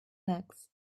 legs